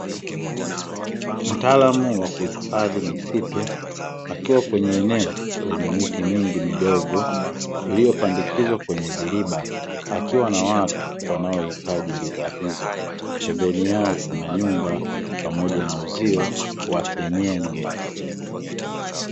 Mtaalamu wa kuhifadhi misitu akiwa kwenye eneo lenye miti mingi midogo iliyopandikizwa kwenye viriba, akiwa na watu wanaohitaji bidhaa hizo. Pembeni yao kuna nyuma pamoja na uzio wa senyenge.